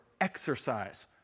exercise